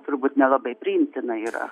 turbūt nelabai priimtina yra